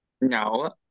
No